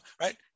Right